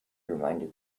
reminded